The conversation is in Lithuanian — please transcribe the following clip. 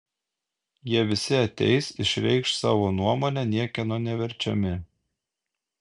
jie visi ateis išreikš savo nuomonę niekieno neverčiami